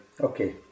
Okay